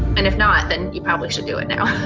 and if not, then you probably should do it know.